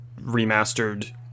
remastered